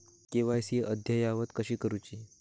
KYC अद्ययावत कशी करुची?